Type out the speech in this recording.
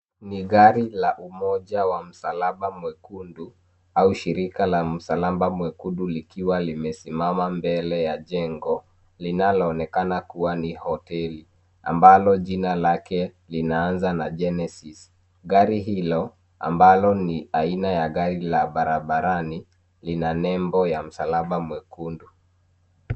Ni gari la umoja wa msalaba mwekundu au shirika la msalaba mwekundu likiwa limesimama mbele ya jengo, linaloonekana kuwa ni hoteli, ambalo jina lake linaanza na Genesis. Gari hilo, ambalo ni aina ya gari la barabarani, lina nembo ya msalaba mwekundu.